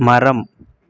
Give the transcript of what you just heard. மரம்